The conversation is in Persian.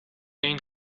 این